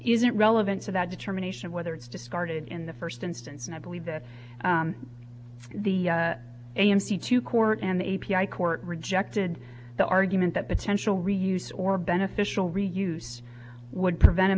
isn't relevant to that determination of whether it's discarded in the first instance and i believe that the amc to court and a p i court rejected the argument that potential reuse or beneficial reuse would prevent a